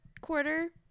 quarter